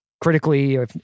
critically